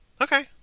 okay